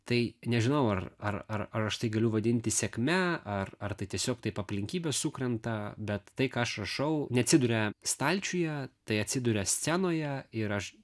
tai nežinau ar ar ar aš tai galiu vadinti sėkme ar ar tai tiesiog taip aplinkybės sukrenta bet tai ką aš rašau neatsiduria stalčiuje tai atsiduria scenoje ir aš